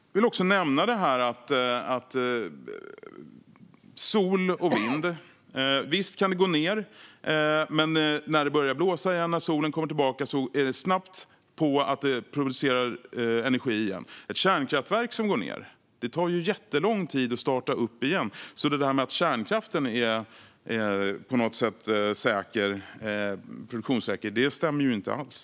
Jag vill också nämna att sol och vind visserligen kan gå ned, men när det börjar blåsa igen och när solen kommer tillbaka går det snabbt att börja producera energi igen. Ett kärnkraftverk som går ned tar jättelång tid att starta upp igen. Att kärnkraften på något sätt är produktionssäker stämmer ju inte alls.